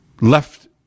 left